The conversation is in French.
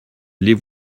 les